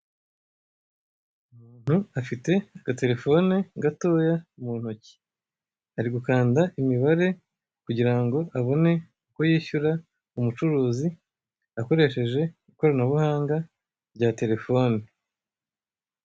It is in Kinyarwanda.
Umuntu afite agaterefone gatoya mu ntoki, ari gukanda imibare kugira ngo abone uko yishyure umucuruzi akoresheje ikoranabuhanga rya terefone.